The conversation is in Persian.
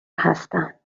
هستم